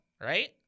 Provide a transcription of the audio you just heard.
right